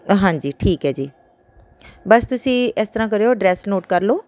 ਹਾਂਜੀ ਠੀਕ ਹੈ ਜੀ ਬਸ ਤੁਸੀਂ ਇਸ ਤਰ੍ਹਾਂ ਕਰਿਓ ਡਰੈੱਸ ਨੋਟ ਕਰ ਲਓ